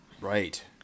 right